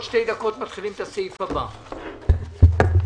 הישיבה ננעלה בשעה 13:10.